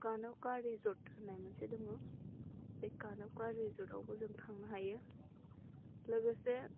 कान'का resort होननाय मोनसे दङ बे कान'का रेजर्ट आवबो जों थांनो हायो लोगोसे